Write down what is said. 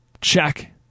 Check